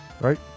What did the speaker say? Right